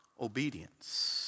Obedience